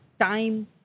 time